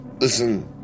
listen